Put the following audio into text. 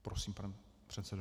Prosím, pane předsedo.